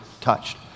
touched